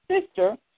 sister